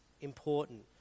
important